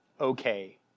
okay